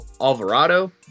Alvarado